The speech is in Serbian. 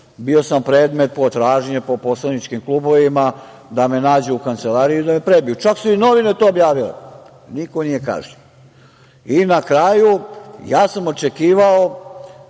bio sam predmet potražnje po poslaničkim klubovima da me nađu u kancelariji i da me prebiju. Čak su i novine to objavile. Niko nije kažnjen. Na kraju, ja sam očekivao